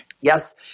Yes